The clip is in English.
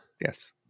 Yes